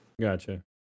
Gotcha